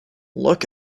look